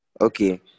Okay